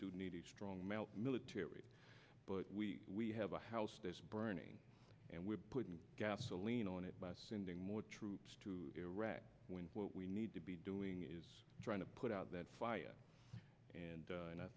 do need a strong male military but we have a house burning and we're putting gasoline on it by sending more troops to iraq when what we need to be doing is trying to put out that fire and